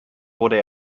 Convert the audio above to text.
wurde